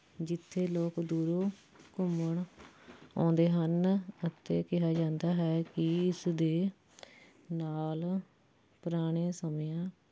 ਜਿੱਥੇ ਲੋਕ ਦੂਰੋਂ ਘੁੰਮਣ ਆਉਂਦੇ ਹਨ ਅਤੇ ਕਿਹਾ ਜਾਂਦਾ ਹੈ ਕਿ ਇਸ ਦੇ ਨਾਲ ਪੁਰਾਣੇ ਸਮਿਆਂ